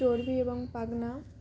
চর্বি এবং পাখনা